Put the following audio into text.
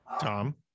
Tom